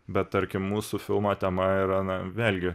bet tarkim mūsų filmo tema yra na vėlgi